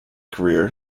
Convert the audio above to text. career